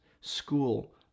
school